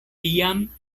tiam